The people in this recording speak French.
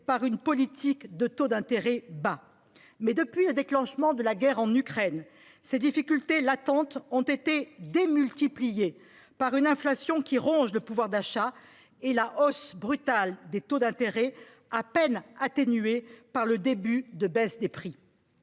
par une politique de taux d’intérêt bas. Depuis le déclenchement de la guerre en Ukraine, ces difficultés latentes ont été multipliées par une inflation qui ronge le pouvoir d’achat et par la hausse brutale des taux d’intérêt, à peine atténuée par un début de baisse des prix.